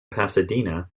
pasadena